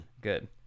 good